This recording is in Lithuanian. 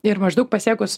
ir maždaug pasiekus